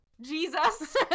Jesus